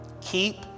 keep